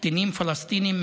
קטינים פלסטינים,